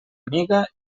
amiga